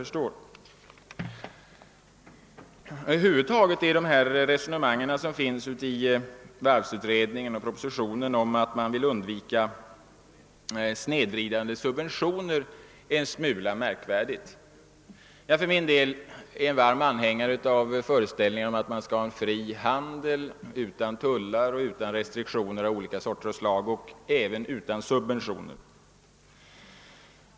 Över huvud taget är resonemanget i varvsutredningen och propositionen om att man vill undvika snedvridande subventioner en smula märkligt. Jag för min del är varm anhängare av föreställningen att man skall ha en fri handel utan tullar och andra restriktioner av olika slag och även utan subventioner.